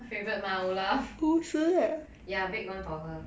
her favourite mah olaf ya big one for her